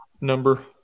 number